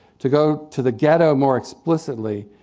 to go to the ghetto more explicitly.